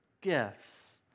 gifts